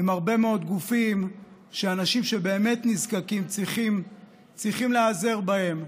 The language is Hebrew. עם הרבה מאוד גופים שאנשים שבאמת נזקקים צריכים להיעזר בהם,